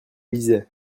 lisait